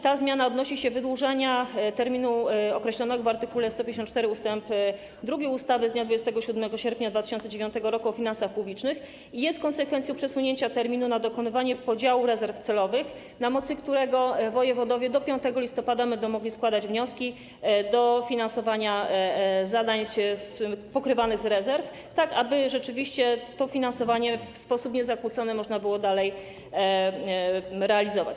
Ta zmiana odnosi się do wydłużenia terminu określonego w art. 154 ust. 2 ustawy z dnia 27 sierpnia 2009 r. o finansach publicznych i jest konsekwencją przesunięcia terminu na dokonywanie podziału rezerw celowych, na mocy którego wojewodowie do 5 listopada będą mogli składać wnioski o finansowanie zadań z rezerw, tak aby rzeczywiście to finansowanie w sposób niezakłócony można było dalej realizować.